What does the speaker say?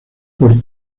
por